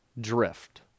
drift